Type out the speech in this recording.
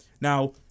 Now